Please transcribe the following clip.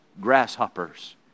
grasshoppers